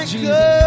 Jesus